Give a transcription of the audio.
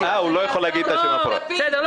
לפיד.